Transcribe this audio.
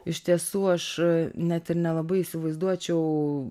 iš tiesų aš net ir nelabai įsivaizduočiau